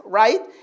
right